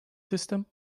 system